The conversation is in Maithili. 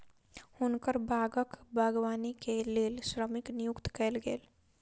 हुनकर बागक बागवानी के लेल श्रमिक नियुक्त कयल गेल